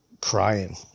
crying